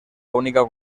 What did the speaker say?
única